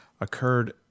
occurred